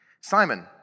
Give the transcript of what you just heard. Simon